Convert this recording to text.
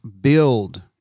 build